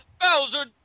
Bowser